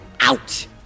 out